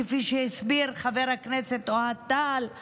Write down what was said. כפי שהסביר חבר הכנסת אוהד טל.